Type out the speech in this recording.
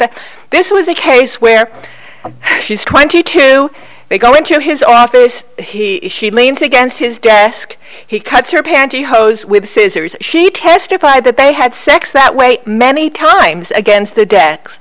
this was a case where she's twenty two they go into his office he she leans against his desk he cuts her pantyhose with scissors she testified that they had sex that way many times against the de